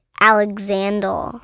Alexander